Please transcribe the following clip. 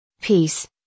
Peace